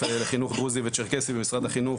לחינוך דרוזי וצ'רקסי במשרד החינוך,